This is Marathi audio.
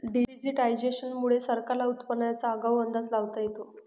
डिजिटायझेशन मुळे सरकारला उत्पादनाचा आगाऊ अंदाज लावता येतो